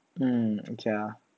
mm 等一下啊